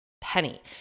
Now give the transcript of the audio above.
penny